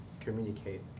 Communicate